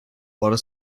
bought